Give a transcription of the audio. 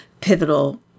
pivotal